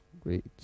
Great